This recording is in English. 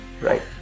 Right